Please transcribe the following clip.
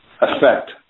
effect